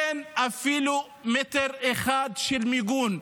אין אפילו מטר אחד של מיגון.